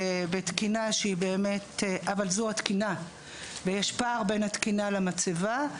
יש פער בין התקינה למצבה.